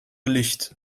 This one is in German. licht